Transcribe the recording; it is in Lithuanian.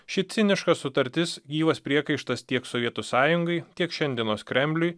ši ciniška sutartis gyvas priekaištas tiek sovietų sąjungai tiek šiandienos kremliui